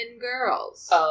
girls